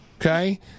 Okay